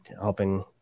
helping